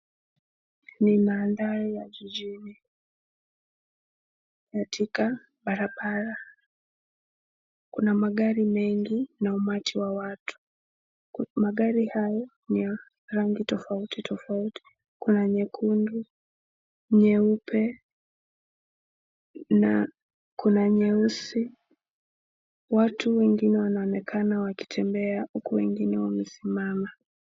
Ni mandhari ya kijiji, katika barabara kuna magari mengi na umati wa watu. Magari hayo ni ya rangi tofauti tofauti. Kuna nyekundu, nyeupe na kuna nyeusi. Watu wengine wanaonekana wakitembea huku wengine wamesimama.